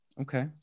Okay